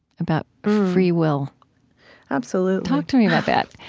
about free will absolutely talk to me about that